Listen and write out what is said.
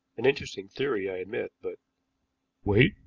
an interesting theory, i admit, but wait,